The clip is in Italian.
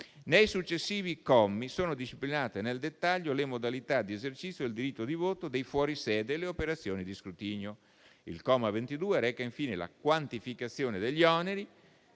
Nei successivi commi sono disciplinate nel dettaglio le modalità di esercizio del diritto di voto dei fuori sede e le operazioni di scrutinio. Il comma 22 reca, infine, la quantificazione degli oneri,